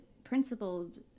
principled